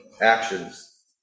actions